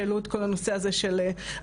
שהעלו את כל הנושא הזה של הדירקטורים.